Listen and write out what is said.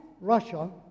Russia